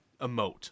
emote